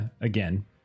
again